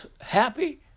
happy